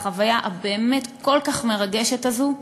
בחוויה הבאמת כל כך מרגשת הזאת,